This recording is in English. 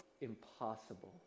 impossible